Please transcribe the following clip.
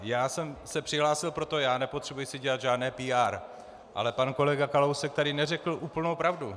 Já jsem se přihlásil proto, já si nepotřebuji dělat žádné PR, ale pan kolega Kalousek tady neřekl úplnou pravdu.